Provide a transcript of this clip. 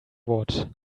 what